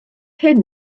hyn